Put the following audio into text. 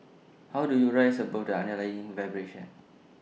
how do you rise above the underlying vibration